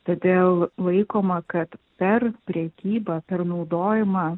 todėl laikoma kad per prekybą per naudojimą